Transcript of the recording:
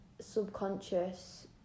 subconscious